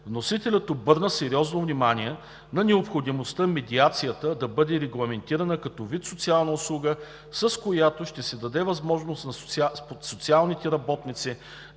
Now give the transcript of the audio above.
Вносителят обърна сериозно внимание на необходимостта медиацията да бъде регламентирана като вид социална услуга, с която ще се даде възможност на социалните работници